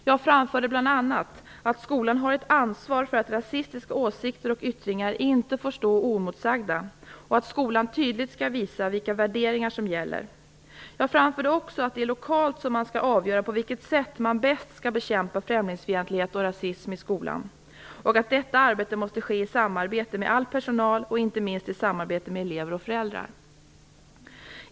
Jag framförde bl.a. att skolan har ett ansvar för att rasistiska åsikter och yttringar inte får stå oemotsagda och att skolan tydligt skall visa vilka värderingar som gäller. Jag framförde också att det är lokalt som man skall avgöra på vilket sätt man bäst skall bekämpa främlingsfientlighet och rasism i skolan och att detta arbete måste ske i samarbete med all personal och inte minst i samarbete med elever och föräldrar.